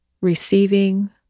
receiving